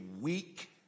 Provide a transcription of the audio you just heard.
weak